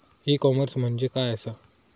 E commerce म्हणजे काय असा?